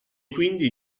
quindi